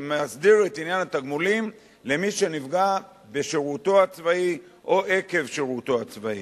שמסדיר את עניין התגמולים למי שנפגע בשירותו הצבאי או עקב שירותו הצבאי.